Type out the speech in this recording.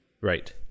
Right